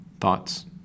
Thoughts